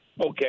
okay